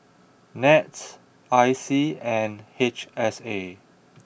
nets I C and H S A